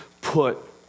Put